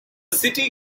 city